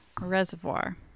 reservoir